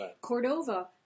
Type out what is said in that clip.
Cordova